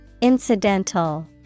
Incidental